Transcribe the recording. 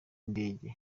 indege